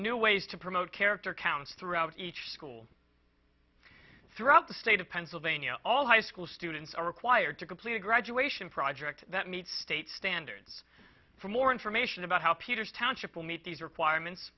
new ways to promote character counts throughout each school throughout the state of pennsylvania all high school students are required to complete a graduation project that meets state standards for more information about how peters township will meet these requirements